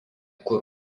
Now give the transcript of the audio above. kur